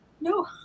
No